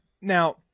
Now